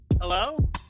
hello